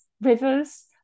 rivers